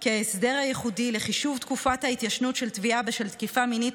כי ההסדר הייחודי לחישוב תקופת ההתיישנות של תביעה בשל תקיפה מינית